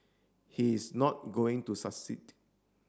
he is not going to succeed